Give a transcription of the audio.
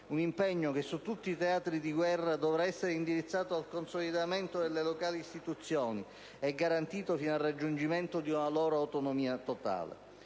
Un impegno che, su tutti i teatri, dovrà essere indirizzato al consolidamento delle locali istituzioni e garantito fino al raggiungimento di una loro autonomia totale.